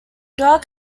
dog